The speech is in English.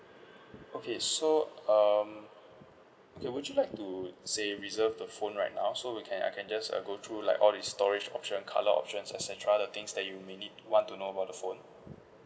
okay so um okay would you like to say reserve the phone right now so we can I can just uh go through like all the storage option colour options et cetera the things that you may need want to know about the phone